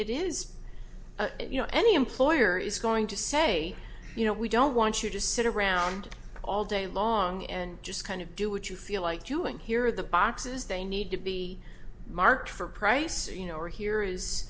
it is you know any employer is going to say you know we don't want you to sit around all day long and just kind of do what you feel like doing here are the boxes they need to be marked for price you know or here is